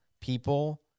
people